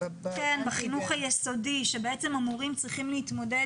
בחינוך היסודי כאשר בעצם המורים צריכים להתמודד